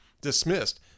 dismissed